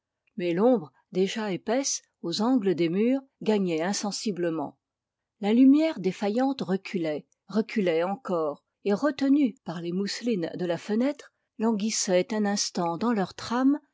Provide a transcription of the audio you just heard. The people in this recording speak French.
mais l'ombre déjà épaisse aux angles des murs gagnait insensiblement la lumière défaillante reculait reculait encore et retenue par les mousselines de la fenêtre languissait un instant dans leur trame